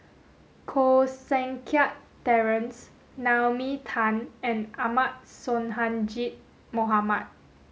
Koh Seng Kiat Terence Naomi Tan and Ahmad Sonhadji Mohamad